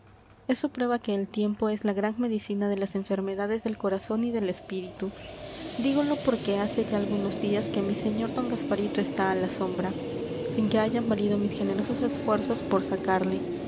eso prueba que el tiempo es la gran medicina de las enfermedades del corazón y del espíritu dígolo porque hace ya algunos días que mi sr d gasparito está a la sombra sin que hayan valido mis generosos esfuerzos por sacarle y el sustillo ha ido pasando y